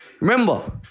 Remember